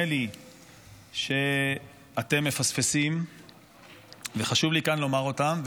לי שאתם מפספסים וחשוב לי כאן לומר אותם,